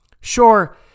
Sure